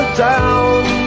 down